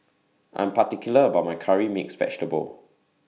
I'm particular about My Curry Mixed Vegetable